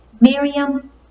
Miriam